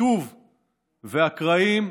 הקיטוב והקרעים,